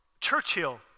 Churchill